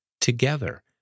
together